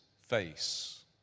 face